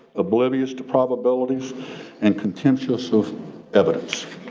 oblivious to probabilities and contemptuous of evidence.